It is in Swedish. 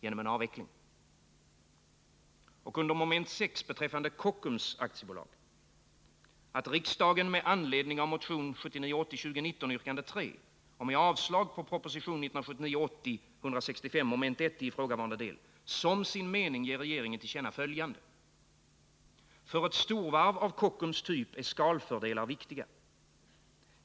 Ej heller bör den vunna förnyelsen lättvindigt prisges genom en avveckling. För ett storvarv av Kockums typ är skalfördelar viktiga.